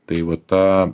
tai va tą